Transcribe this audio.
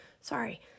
Sorry